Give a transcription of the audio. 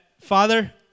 Father